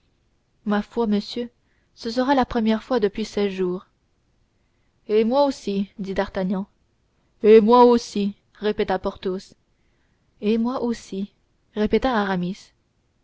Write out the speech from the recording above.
ma foi monsieur ce sera la première fois depuis seize jours et moi aussi dit d'artagnan et moi aussi répéta porthos et moi aussi répéta aramis